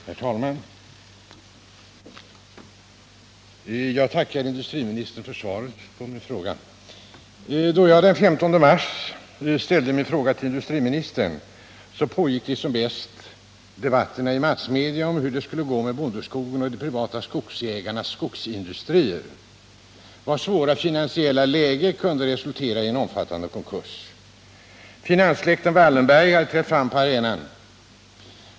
Herr talman! Jag tackar industriministern för svaret på min fråga. Då jag den 15 mars ställde denna fråga till industriministern pågick som bäst debatterna i massmedia om hur det skulle gå med bondeskogen och de privata skogsägarnas skogsindustrier, vilkas svåra finansiella läge kunde resultera i en omfattande konkurs. Finanssläkten Wallenberg hade trätt fram på arenan.